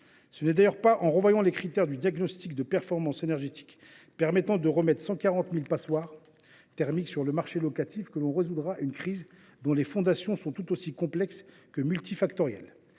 Ce n’est d’ailleurs pas en révisant les critères du diagnostic de performance énergétique afin de remettre 140 000 passoires thermiques sur le marché locatif que l’on résoudra une crise dont les fondations sont aussi complexes que multifactorielles.